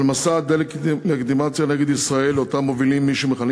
על מסע הדה-לגיטימציה נגד ישראל שמובילים מי שמכנים